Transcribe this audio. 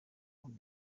muri